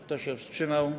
Kto się wstrzymał?